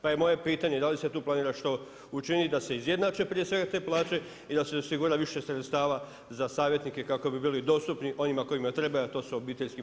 Pa je moje pitanje da li se tu planira što učiniti da se izjednače prije svega te plaće i da se osigura više sredstava za savjetnike kako bi bili dostupni onima kojima treba, a to su OPG-i.